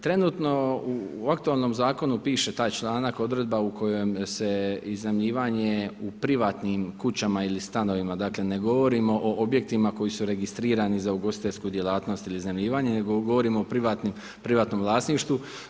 Trenutno u aktualnom zakonu piše taj članak, odredba u kojoj se iznajmljivanje u privatnim kućama ili stanovima, dakle ne govorimo o objektima koji su registrirani za ugostiteljsku djelatnost ili iznajmljivanje nego govorimo o privatnom vlasništvu.